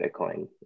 Bitcoin